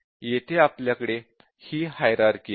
येथे आपल्याकडे ही हाइरार्की आहे